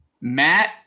Matt